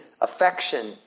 affection